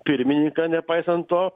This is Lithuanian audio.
pirmininką nepaisant to